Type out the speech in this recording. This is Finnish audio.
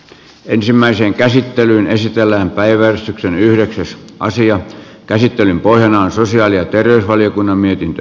ensimmäiseen käsittelyyn esitellään päiväys on yhdeksäs asian käsittelyn pohjana on sosiaali ja terveysvaliokunnan mietintö